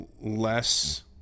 less